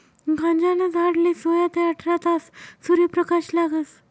गांजाना झाडले सोया ते आठरा तास सूर्यप्रकाश लागस